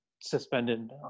suspended